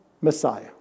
Messiah